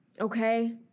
Okay